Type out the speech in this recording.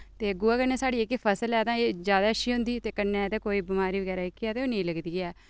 ते गोहे कन्नै साढ़ी जेह्की फसल ऐ तां एह् जैदा अच्छी होंदी ते कन्नै एह्दे कोई बमारी बगैरा जेह्की ऐ ते ओह् नेईं लगदी ऐ